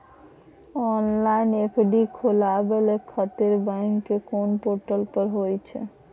Online FD खोलाबय खातिर bank के कोन पोर्टल पर होए छै?